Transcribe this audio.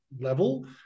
level